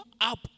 up